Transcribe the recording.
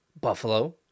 Buffalo